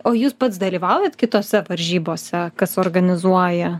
o jūs pats dalyvaujat kitose varžybose kas organizuoja